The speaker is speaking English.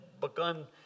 begun